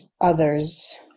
others